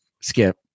skip